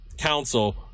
council